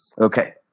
Okay